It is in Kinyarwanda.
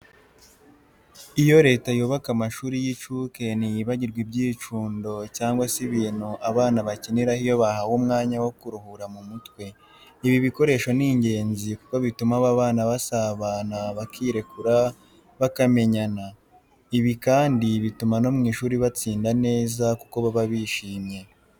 Iyo Leta yubaka amashuri y'incuke ntiyibagirwa ibyicundo cyangwa se ibintu abana bakiniraho iyo bahawe umwanya wo kuruhura mu mutwe. Ibi bikoresho ni ingenzi kuko bituma aba bana basabana, bakirekura, bakamenyana. Ibi kandi bituma no mu ishuri batsinda neza kuko baba bishyimye.